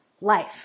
life